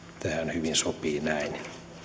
hyvin sopii näin